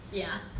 ya